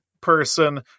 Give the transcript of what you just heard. person